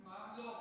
נכבדה,